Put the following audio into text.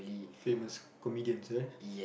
famous comedians eh